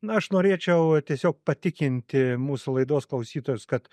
na aš norėčiau tiesiog patikinti mūsų laidos klausytojus kad